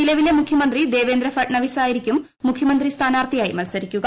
നിലവിലെ മുഖ്യമന്ത്രി ദേവേന്ദ്ര ഫട്നവിസ് ആയിരിക്കും മുഖ്യമന്ത്രി സ്ഥാനാർത്ഥിയായി മൽസരിക്കുക